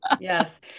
Yes